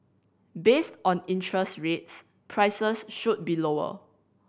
based on interest rates prices should be lower